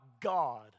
God